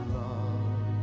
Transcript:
love